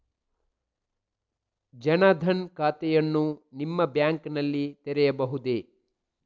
ಜನ ದನ್ ಖಾತೆಯನ್ನು ನಿಮ್ಮ ಬ್ಯಾಂಕ್ ನಲ್ಲಿ ತೆರೆಯಬಹುದೇ?